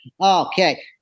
Okay